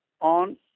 on